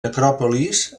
necròpolis